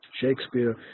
Shakespeare